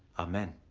amen.